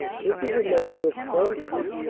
this is a matter of conscience.